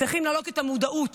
צריכים להעלות את המודעות